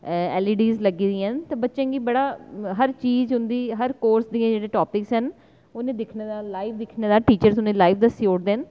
LED लग्गी दियां न होर बच्चें गी बड़ा हर चीज़ उं'दी हर चीज़ दे उं'दे हर कोर्स दे टॉपिक न उ'नेंगी दिक्खने दा लाईव दिक्खने दा टीचर उ'नेंगी दस्सी ओड़दे न